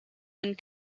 and